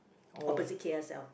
opposite k_s_l